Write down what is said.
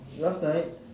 last night